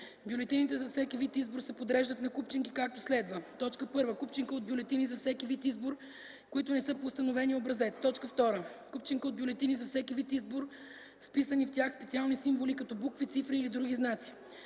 Бюлетините за всеки вид избор се подреждат на купчинки, както следва: 1. купчинка от бюлетини за всеки вид избор, които не са по установения образец; 2. купчинка от бюлетини за всеки вид избор с вписани в тях специални символи като букви, цифри или други знаци;